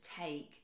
take